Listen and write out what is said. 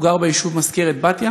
הוא גר ביישוב מזכרת-בתיה,